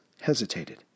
hesitated